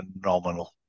phenomenal